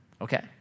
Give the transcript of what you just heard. Okay